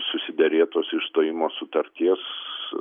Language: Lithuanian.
susiderėtos išstojimo sutarties